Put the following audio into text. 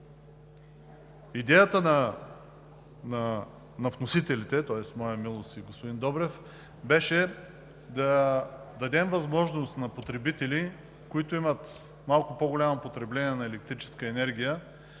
Идеята на вносителите, тоест моя милост и господин Добрев, беше да дадем възможност на потребители, които имат малко по-голямо потребление на електрическа енергия,